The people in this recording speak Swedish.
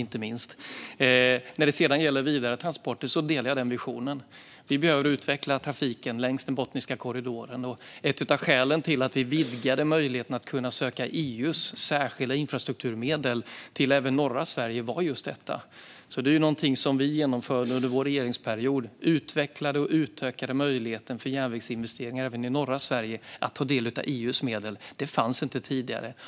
När det gäller vidare transporter delar jag den visionen. Vi behöver utveckla trafiken längs Botniska korridoren. Ett av skälen till att vi vidgade möjligheterna att söka EU:s särskilda infrastrukturmedel även till norra Sverige var just detta. Det är något som vi genomför nu under vår regeringsperiod: utvecklade och utökade möjligheter till järnvägsinvesteringar och att ta del av EU:s medel även i norra Sverige. Det fanns inte tidigare.